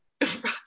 Right